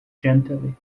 gently